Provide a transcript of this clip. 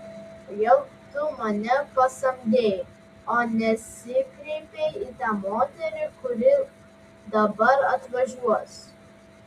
kodėl tu mane pasamdei o nesikreipei į tą moterį kuri dabar atvažiuos